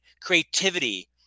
creativity